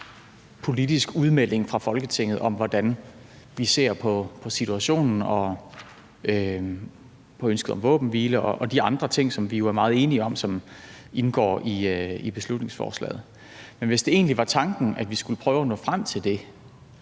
politisk udmelding fra Folketinget om, hvordan vi ser på situationen, på ønsket om våbenhvile og de andre ting, som vi jo er meget enige om, og som indgår i beslutningsforslaget. Men hvis det egentlig var tanken, at vi skulle prøve at nå frem til det,